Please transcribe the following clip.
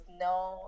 no